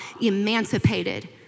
emancipated